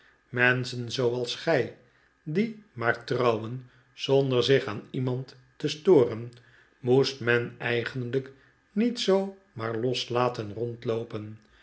menschen zooals gij die maar trouwen zonder zich aan iemand te storen moest men eigenlijk niet zoo maar los laten rondloopen